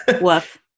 woof